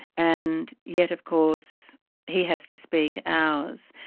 and yet of course he has to speak ours.